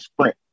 sprint